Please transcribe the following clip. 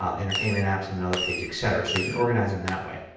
ah entertainment apps on another page, etc. so you can organize them that way.